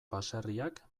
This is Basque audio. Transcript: baserriak